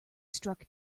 struck